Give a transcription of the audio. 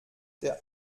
der